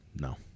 No